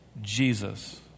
Jesus